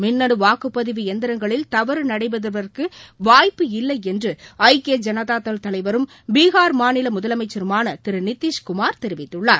மின்னு வாக்குப்பதிவு எந்திரங்களில் தவறு நடைபெறுவதற்கு வாய்ப்பு இல்லை என்று ஐக்கிய ஜனதாதள் தலைவரும் பீகார் மாநில முதலமைச்சருமான திரு நிதிஷ் குமார் தெரிவித்துள்ளார்